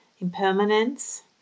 impermanence